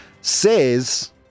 says